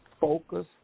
focus